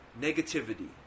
negativity